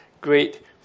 great